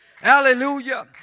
Hallelujah